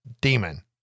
demon